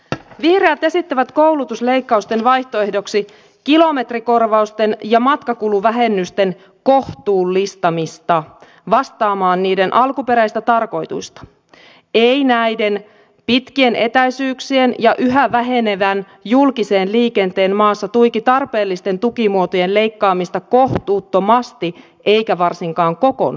vihreät esittävät koulutusleikkausten vaihtoehdoksi kilometrikorvausten ja matkakuluvähennysten kohtuullistamista vastaamaan niiden alkuperäistä tarkoitusta ei näiden pitkien etäisyyksien ja yhä vähenevän julkisen liikenteen maassa tuiki tarpeellisten tukimuotojen leikkaamista kohtuuttomasti eikä varsinkaan kokonaan